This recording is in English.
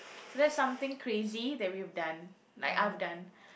so that's something crazy that we've done like I've done